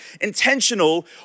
intentional